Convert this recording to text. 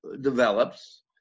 develops